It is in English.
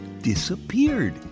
disappeared